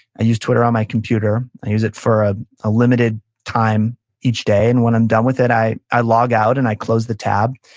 i use twitter on my computer. i use it for a limited time each day, and when i'm done with it, i i log out, and i close the tab,